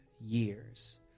years